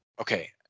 Okay